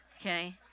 Okay